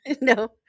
No